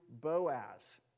Boaz